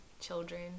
children